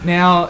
Now